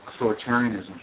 authoritarianism